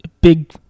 big